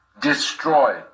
destroy